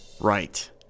Right